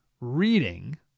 reading